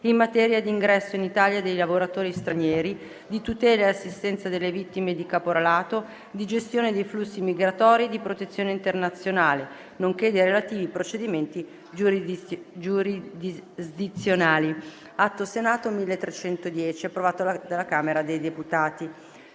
in materia di ingresso in Italia di lavoratori stranieri, di tutela e assistenza alle vittime di caporalato, di gestione dei flussi migratori e di protezione internazionale, nonché dei relativi procedimenti giurisdizionali, è convertito in legge con le modificazioni